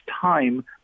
time